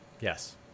yes